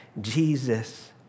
Jesus